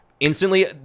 Instantly